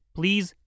Please